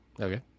Okay